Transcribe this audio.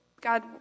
God